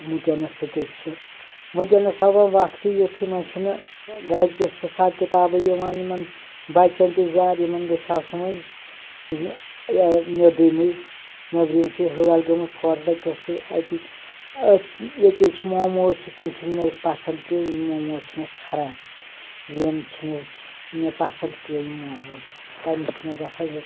ؤنکیٚنَس یٔکیٛاہ چھِ ؤنکیٚنَس آو ؤنۍ وقتٕے یُتھٕے وٕ چھِنہٕ گَرِکِس حِساب کِتابٕے یِوان یِمَن بَچَن تہِ زیادٕ یِمَن گژھِ آسُن ؤنۍ نیبرِمٕے نیبرِم سٕے ہٲلۍ گٔمٕژ ہوٹَلہٕ کِسٕے اَتہِ أتھٕے یٔکیٛاہ چھِ موموز چھِ تِم چھِنہٕ مےٚ پسند کیٚنہہ یِم موموز چھِ مےٚ کھران یِم چھِنہٕ مےٚ پسنٛد کیٚنہہ یم موموز تٔمِچ چھِ مےٚ گژھان یہِ